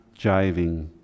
jiving